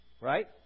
right